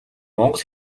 монгол